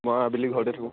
মই আবেলি ঘৰতে থাকোঁ